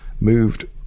moved